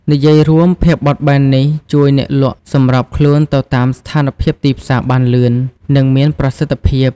និយាយរួម ភាពបត់បែននេះជួយអ្នកលក់សម្របខ្លួនទៅតាមស្ថានភាពទីផ្សារបានលឿន និងមានប្រសិទ្ធភាព។